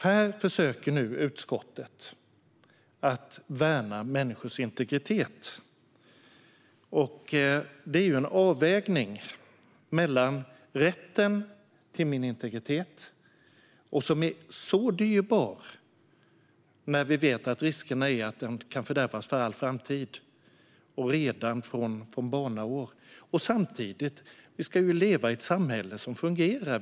Här försöker utskottet nu värna människors integritet. Det är en avvägning när det gäller rätten till integritet, som är dyrbar då vi vet att risken finns att den fördärvas för all framtid, redan från barnaår. Samtidigt ska vi leva i ett samhälle som fungerar.